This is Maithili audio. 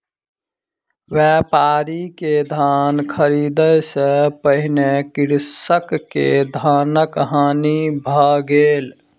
व्यापारी के धान ख़रीदै सॅ पहिने कृषक के धानक हानि भ गेल